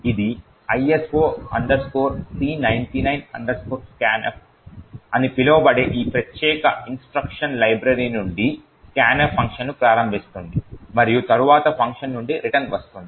iso c99 scanf అని పిలువబడే ఈ ప్రత్యేక ఇన్స్ట్రక్షన్ లైబ్రరీ నుండి scanf ఫంక్షన్ను ప్రారంభిస్తుంది మరియు తరువాత ఫంక్షన్ నుండి రిటర్న్ వస్తుంది